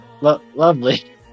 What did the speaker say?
lovely